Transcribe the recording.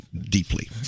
deeply